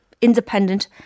independent